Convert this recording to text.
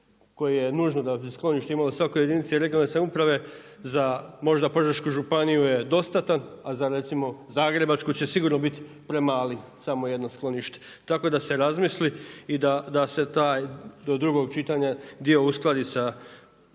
koji je nužno da bi sklonište imalo u svakoj jedinici regionalne samouprave za možda Požeško županiju je dostatan, ali za recimo Zagrebačku će sigurno biti premali, samo jedno sklonište. Tako da se razmisli i da se taj do drugog čitanja dio uskladi sa